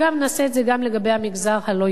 נעשה את זה גם לגבי המגזר הלא-יהודי.